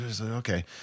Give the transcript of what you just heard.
okay